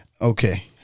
Okay